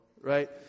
right